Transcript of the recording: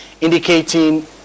indicating